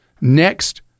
next